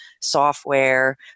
software